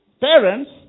parents